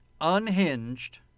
Unhinged